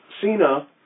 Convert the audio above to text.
Cena